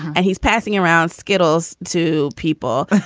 and he's passing around skittles to people.